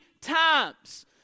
times